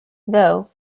though